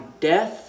death